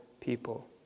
people